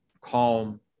calm